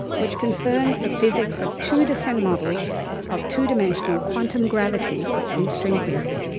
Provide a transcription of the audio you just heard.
which concerned the physics of two different models of two dimensional quantum gravity in string theory.